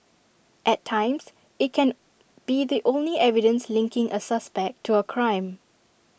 at times IT can be the only evidence linking A suspect to A crime